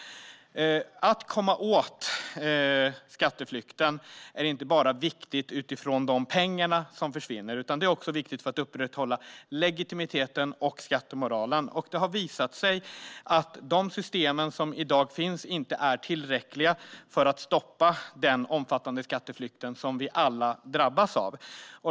Att komma åt skatteflykten är viktigt inte bara utifrån de pengar som försvinner. Det är också viktigt för att upprätthålla legitimiteten och skattemoralen. Det har visat sig att de system som i dag finns inte är tillräckliga för att stoppa den omfattande skatteflykt som vi alla drabbas av.